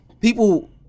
people